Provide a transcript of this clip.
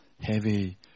heavy